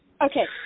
okay